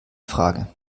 frage